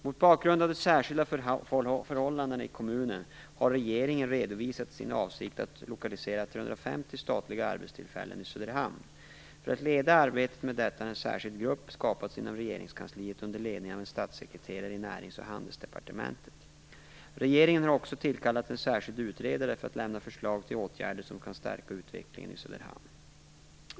Mot bakgrund av de särskilda förhållandena i kommunen har regeringen redovisat sin avsikt att lokalisera 350 statliga arbetstillfällen till Söderhamn. För att leda arbetet med detta har en särskild grupp skapats inom regeringskansliet under ledning av en statssekreterare i Närings och handelsdepartementet. Regeringen har också tillkallat en särskild utredare för att lämna förslag till åtgärder som kan stärka utvecklingen i Söderhamn.